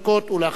ואחריו,